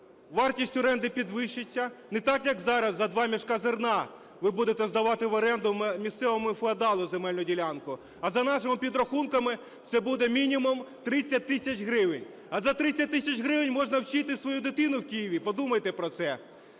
Вартість оренди підвищиться. Не так, як зараз, за два мішка зерна ви будете здавати в оренду місцевому феодалу земельну ділянку, а, за нашими підрахунками, це буде мінімум 30 тисяч гривень. А за 30 тисяч гривень можна вчити свою дитину в Києві. Подумайте про це.